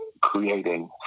creating